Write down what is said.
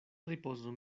ripozo